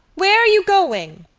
where are you going?